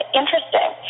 interesting